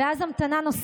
ואתה,